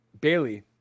Bailey